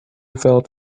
felt